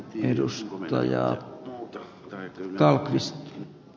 eduskunta ja ovat järkeviä